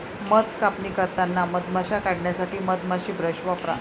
मध कापणी करताना मधमाश्या काढण्यासाठी मधमाशी ब्रश वापरा